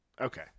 Okay